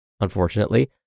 Unfortunately